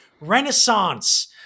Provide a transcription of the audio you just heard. Renaissance